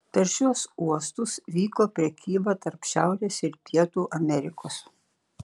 per šiuos uostus vyko prekyba tarp šiaurės ir pietų amerikos